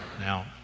Now